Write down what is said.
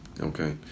Okay